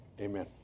Amen